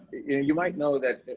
you know, you might know that,